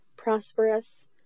prosperous